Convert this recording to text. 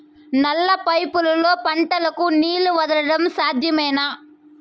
నల్ల పైపుల్లో పంటలకు నీళ్లు వదలడం సాధ్యమేనా?